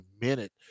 minute